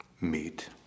meet